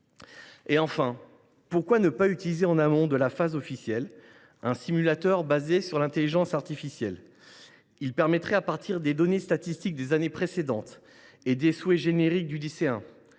Enfin, pourquoi ne pas utiliser en amont de la phase officielle un simulateur reposant sur l’intelligence artificielle ? Il permettrait, à partir des données statistiques des années précédentes et des souhaits génériques du